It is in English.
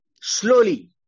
slowly